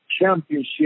championship